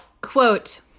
Quote